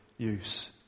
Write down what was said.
Use